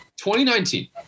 2019